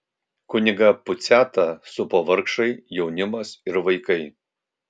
kunigą puciatą supo vargšai jaunimas ir vaikai